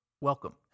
welcome